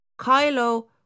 Kylo